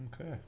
Okay